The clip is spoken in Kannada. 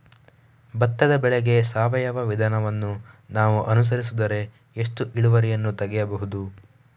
ಭತ್ತದ ಬೆಳೆಗೆ ಸಾವಯವ ವಿಧಾನವನ್ನು ನಾವು ಅನುಸರಿಸಿದರೆ ಎಷ್ಟು ಇಳುವರಿಯನ್ನು ತೆಗೆಯಬಹುದು?